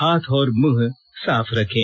हाथ और मुंह साफ रखें